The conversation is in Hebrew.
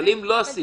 אבל אם לא עשיתם?